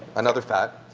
another fat.